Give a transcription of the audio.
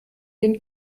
den